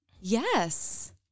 yes